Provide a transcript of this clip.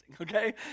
okay